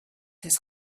his